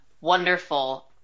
wonderful